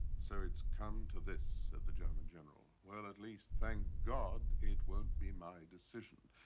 so it's come to this, said the german general. well, at least, thank god, it won't be my decision.